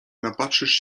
napatrzysz